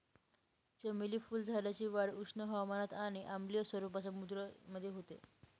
चमेली फुलझाडाची वाढ उष्ण हवामानात आणि आम्लीय स्वरूपाच्या मृदेमध्ये होते